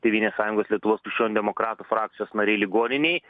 tėvynės sąjungos lietuvos krikščionių demokratų frakcijos nariai ligoninėj